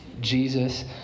Jesus